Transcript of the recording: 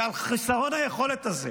על חוסר היכולת הזה